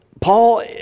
Paul